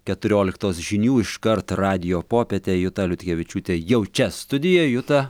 keturioliktos žinių iškart radijo popietė juta liutkevičiūtė jau čia studijoj juta